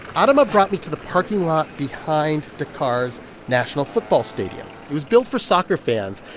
um adama brought me to the parking lot behind dakar's national football stadium. it was built for soccer fans.